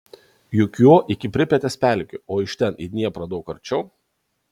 juk juo iki pripetės pelkių o iš ten į dnieprą daug arčiau